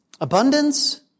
abundance